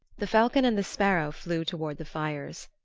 the falcon and the sparrow flew toward the fires.